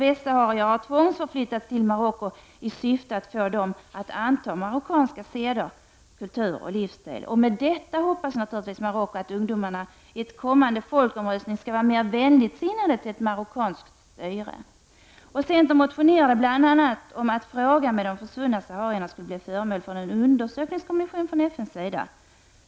Man har tvångsförflyttat tusentals västsaharier till Marocko i syfte att få dem att anta marockanska seder och marockansk kultur och livsstil. Därigenom, hoppas Marocko naturligtvis, skall ungdomarna i en kommande folkomröstning vara mer vänligt sinnade till ett marockanskt styre. Centern motionerade bl.a. om att frågan om de försvunna saharierna skulle bli föremål för uppmärksamhet av en undersökningskommission från FNs sida.